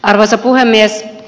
arvoisa puhemies